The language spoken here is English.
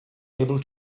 able